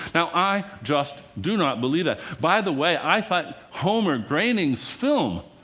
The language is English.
now, i just do not believe that. by the way, i find homer groening's film